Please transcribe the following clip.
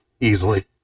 easily